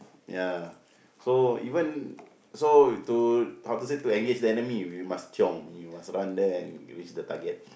ya so even so to how to say to engage the enemy we must chiong we must run there and reach the target